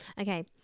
okay